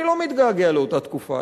אני לא מתגעגע לאותה תקופה,